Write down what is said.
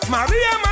Maria